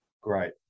Great